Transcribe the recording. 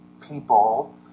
people